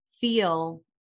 feel